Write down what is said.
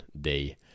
day